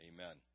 Amen